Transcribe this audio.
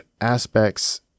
aspects